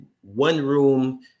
one-room